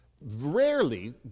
Rarely